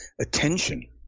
attention